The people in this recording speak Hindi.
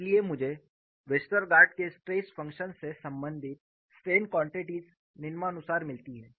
इसलिए मुझे वेस्टरगार्ड के स्ट्रेस फंक्शन से संबंधित स्ट्रेन कॉनटीटीज निम्नानुसार मिलती है